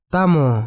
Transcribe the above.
Tamo